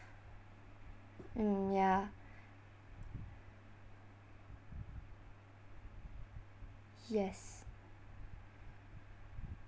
mm ya yes